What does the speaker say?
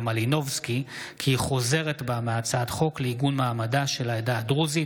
מלינובסקי כי היא חוזרת בה מהצעת חוק לעיגון מעמדה של העדה הדרוזית,